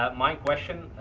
ah my question,